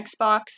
Xbox